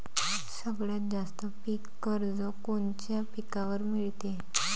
सगळ्यात जास्त पीक कर्ज कोनच्या पिकावर मिळते?